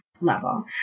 level